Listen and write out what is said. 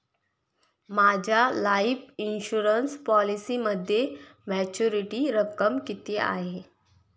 माझ्या life insurance पॉलिसीमध्ये maturity रक्कम किती आहे?